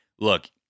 look